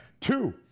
two